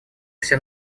все